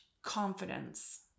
confidence